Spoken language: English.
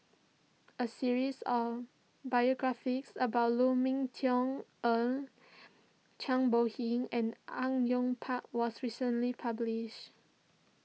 a series of biographies about Lu Ming Teh Earl Zhang Bohe and Au Yue Pak was recently published